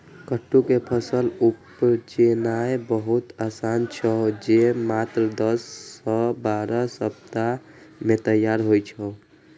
कट्टू के फसल उपजेनाय बहुत आसान छै, जे मात्र दस सं बारह सप्ताह मे तैयार होइ छै